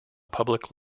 public